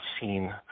seen